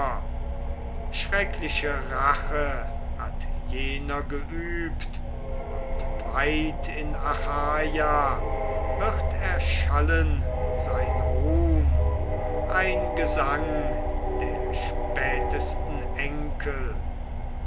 schreckliche rache hat jener geübt und weit in achaia wird erschallen sein ruhm ein gesang der spätesten enkel